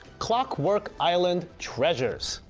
clockwork island treasures,